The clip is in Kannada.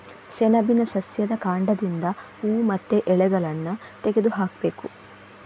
ಸೆಣಬಿನ ಸಸ್ಯದ ಕಾಂಡದಿಂದ ಹೂವು ಮತ್ತೆ ಎಲೆಗಳನ್ನ ತೆಗೆದು ಹಾಕ್ಬೇಕು